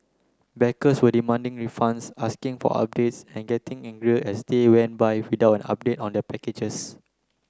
backers were demanding refunds asking for updates and getting angrier as days went by without an update on their packages